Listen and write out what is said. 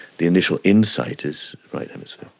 the initial insight, is right hemisphere.